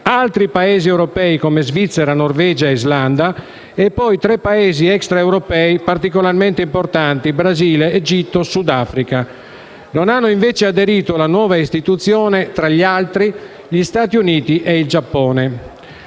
altri Paesi europei come Svizzera, Norvegia e Islanda e poi tre Paesi extraeuropei, particolarmente importanti (Brasile, Egitto e Sud Africa). Non hanno invece aderito alla nuova istituzione, tra gli altri, gli Stati Uniti e il Giappone.